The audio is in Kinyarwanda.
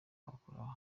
arakora